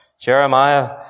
Jeremiah